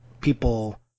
people